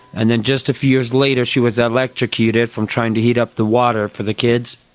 and then just a few years later she was electrocuted from trying to heat up the water for the kids,